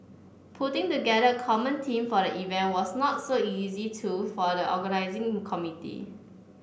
putting together a common theme for the event was not so easy too for the organising committee